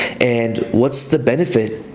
and what's the benefit.